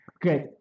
Great